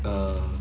uh